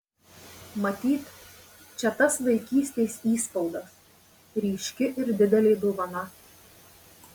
matyt čia tas vaikystės įspaudas ryški ir didelė dovana